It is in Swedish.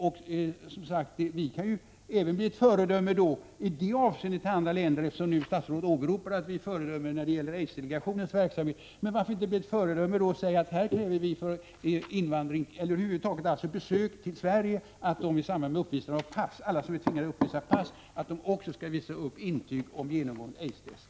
Statsrådet säger att vi är ett föredöme för andra länder genom aidsdelegationens verksamhet. Vi kan även bli ett föredöme i det avseendet att vi säger att vi kräver för besök i Sverige att man i samband med uppvisande av pass också visar upp intyg om genomgånget aidstest.